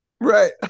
Right